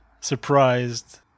surprised